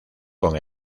con